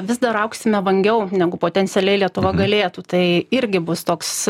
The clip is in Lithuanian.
vis dar augsime vangiau negu potencialiai lietuva galėtų tai irgi bus toks